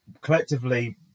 collectively